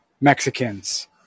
Mexicans